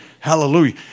Hallelujah